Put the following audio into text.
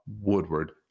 Woodward